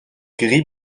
gris